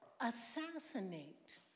Assassinate